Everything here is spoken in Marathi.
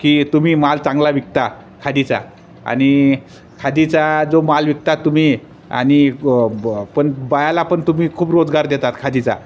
की तुम्ही माल चांगला विकता खादीचा आणि खादीचा जो माल विकतात तुम्ही आणि ब पण बायाला पण तुम्ही खूप रोजगार देतात खादीचा